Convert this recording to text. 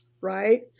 Right